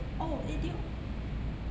oh eh dude